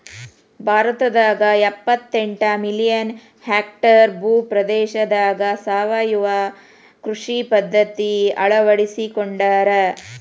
ಭಾರತದಾಗ ಎಪ್ಪತೆಂಟ million hectare ಭೂ ಪ್ರದೇಶದಾಗ ಸಾವಯವ ಕೃಷಿ ಪದ್ಧತಿ ಅಳ್ವಡಿಸಿಕೊಂಡಾರ